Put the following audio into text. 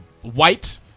white